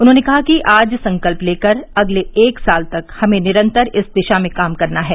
उन्हॉने कहा कि आज संकल्प लेकर अगले एक साल तक हमें निरन्तर इस दिशा में काम करना है